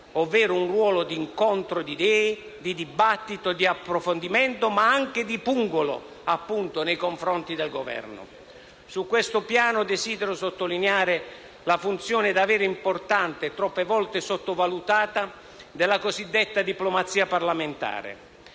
ovvero un ruolo di incontro di idee, di dibattito, di approfondimento ma anche di pungolo, appunto, nei confronti del Governo. Su questo piano desidero sottolineare la funzione davvero importante e troppe volte sottovalutata della cosiddetta diplomazia parlamentare.